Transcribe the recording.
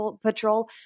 Patrol